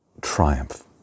triumph